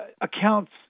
accounts